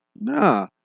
Nah